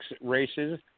races